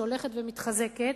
שהולכת ומתחזקת,